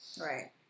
Right